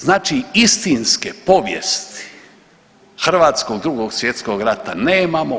Znači istinske povijesti hrvatskog Drugog svjetskog rata nemamo.